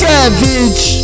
Savage